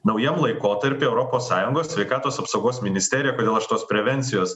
naujam laikotarpy europos sąjungos sveikatos apsaugos ministerija kodėl aš tos prevencijos